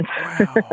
Wow